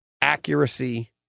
accuracy